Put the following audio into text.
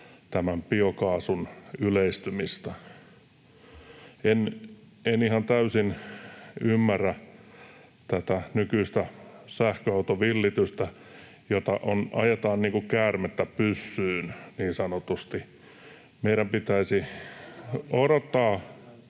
biokaasun yleistymistä. En ihan täysin ymmärrä tätä nykyistä sähköautovillitystä, jota ajetaan niin kuin käärmettä pyssyyn niin sanotusti. [Tuomas